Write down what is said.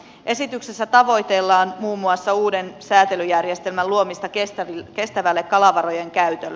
esityksessä tavoitellaan muun muassa uuden säätelyjärjestelmän luomista kestävälle kalavarojen käytölle